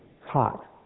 hot